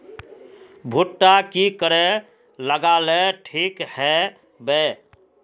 भुट्टा की करे लगा ले ठिक है बय?